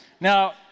Now